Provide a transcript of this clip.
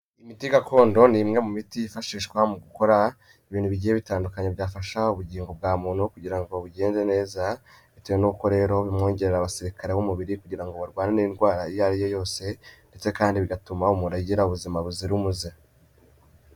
Imiti gakondo ni imwe mu miti yifashishwa mu gukora ibintu bigiye bitandukanye byafasha ubugingo bwa muntu kugira ngo bugende neza, bitewe n'uko rero bimwongerera abasirikare b'umubiri kugira ngo barwane indwara iyo ariyo yose, ndetse kandi bigatuma umuntu agira ubuzima buzira umuze.